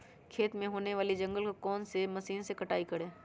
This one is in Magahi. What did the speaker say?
खेत में होने वाले जंगल को कौन से मशीन से कटाई करें?